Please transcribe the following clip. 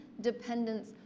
dependence